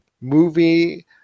movie